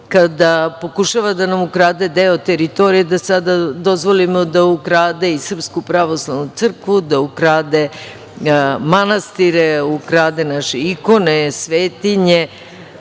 kada pokušava da nam ukrade deo teritorije, da sada dozvolimo da ukrade i SPC, da ukrade manastire, ukrade naše ikone, svetinje.